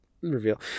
reveal